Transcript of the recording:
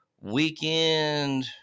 weekend